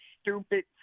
stupid